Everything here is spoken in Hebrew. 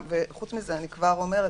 וחוץ מזה אני כבר אומרת,